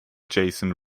jason